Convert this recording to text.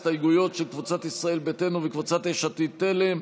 הסתייגויות של קבוצת ישראל ביתנו וקבוצת יש עתיד-תל"ם,